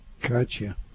Gotcha